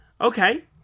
Okay